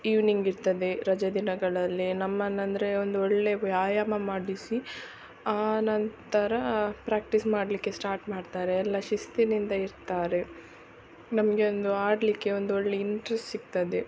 evening ಇರ್ತದೆ ರಜೆ ದಿನಗಳಲ್ಲಿ ನಮ್ಮನ್ನ ಅಂದರೆ ಒಂದು ಒಳ್ಳೆ ವ್ಯಾಯಾಮ ಮಾಡಿಸಿ ಆ ನಂತರ ಪ್ರ್ಯಾಕ್ಟಿಸ್ ಮಾಡಲಿಕ್ಕೆ ಸ್ಟಾಟ್ ಮಾಡ್ತಾರೆ ಎಲ್ಲ ಶಿಸ್ತಿನಿಂದ ಇರ್ತಾರೆ ನಮಗೆ ಒಂದು ಆಡಲಿಕ್ಕೆ ಒಂದೊಳ್ಳೆ ಇಂಟ್ರೆಸ್ ಸಿಕ್ತದೆ